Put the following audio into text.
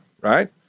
right